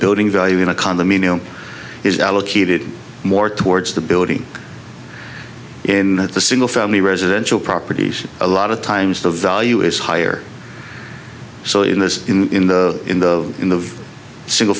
building value in a condominium is allocated more towards the building in the single family residential properties a lot of times the value is higher so in this in in the in the sin